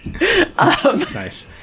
nice